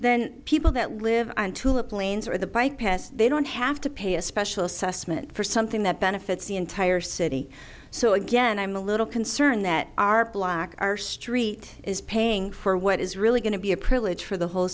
then people that live on tulip lanes or the bypass they don't have to pay a special assessment for something that benefits the entire city so again i'm a little concerned that our block our street is paying for what is really going to be a privilege for the whole